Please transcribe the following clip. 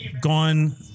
gone